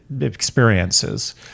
experiences